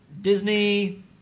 Disney